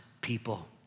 people